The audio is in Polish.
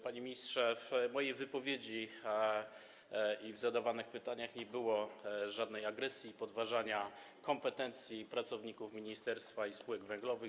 Panie ministrze, w mojej wypowiedzi i w zadawanych pytaniach nie było żadnej agresji i podważania kompetencji pracowników ministerstwa i spółek węglowych.